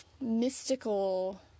mystical